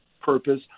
purpose